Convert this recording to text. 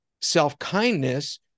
self-kindness